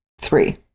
three